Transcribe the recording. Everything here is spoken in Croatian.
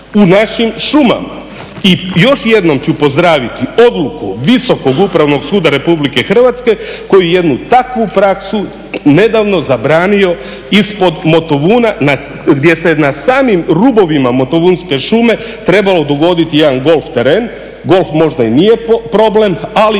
u našim šumama. I još jednom ću pozdraviti odluku Visokog upravnog suda Republike Hrvatske koji jednu takvu praksu nedavno zabranio ispod Motovuna gdje se na samim rubovima Motovunske šume trebao dogoditi jedan golf teren, golf možda i nije problem ali